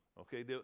Okay